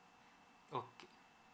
okay